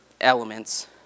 elements